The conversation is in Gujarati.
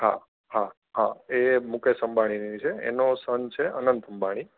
હા હા હા એ મુકેશ અંબાણી એ એની છે એનો સન છે અનંત અંબાણી